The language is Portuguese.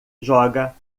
joga